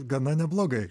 gana neblogai